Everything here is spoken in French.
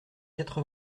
quatre